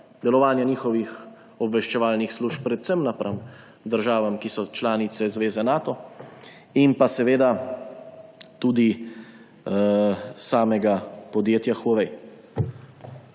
delovanje njihovih obveščevalnih služb predvsem napram državam, ki so članice zveze Nato, in pa seveda tudi samega podjetja Huawei.